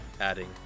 adding